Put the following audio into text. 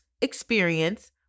experience